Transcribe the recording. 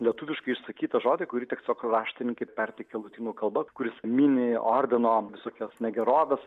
lietuviškai išsakytą žodį kurį tiesiog raštininkai perteikė lotynų kalba kuris mini ordino visokias negeroves